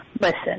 Listen